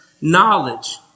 knowledge